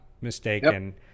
mistaken